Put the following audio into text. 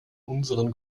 unseren